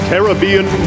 Caribbean